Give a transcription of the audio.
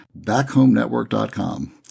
BackHomeNetwork.com